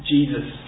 Jesus